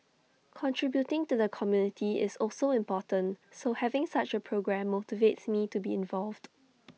contributing to the community is also important so having such A programme motivates me to be involved